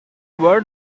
what